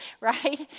right